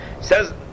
says